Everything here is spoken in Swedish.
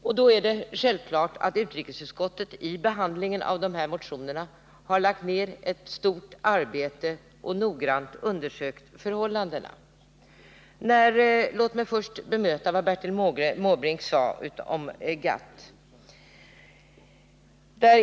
Därför är det självklart att utrikesutskottet i behandlingen av de här Nr 33 motionerna har lagt ned ett stort arbete och noggrant undersökt förhållan Onsdagen den dens 21 november 1979 Låt mig först bemöta vad Bertil Måbrink sade om GATT.